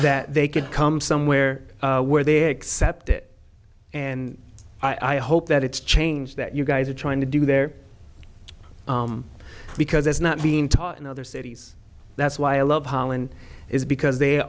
that they could come somewhere where they accept it and i hope that it's change that you guys are trying to do there because it's not being taught in other cities that's why i love holland is because they